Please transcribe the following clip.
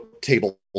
table